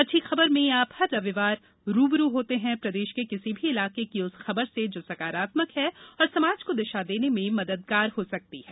अच्छी खबर में आप हर रविवार रू ब रू होते हैं प्रदेश के किसी भी इलाके की उस खबर से जो सकारात्मक है और समाज को दिशा देने में मददगार हो सकती है